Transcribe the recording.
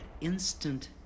instant